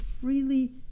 freely